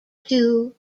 two